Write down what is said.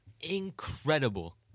incredible